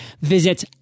Visit